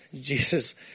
Jesus